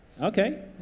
Okay